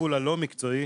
הטיפול הלא מקצועי,